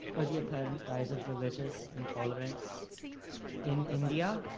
or the apparent rise of, religious intolerance in india?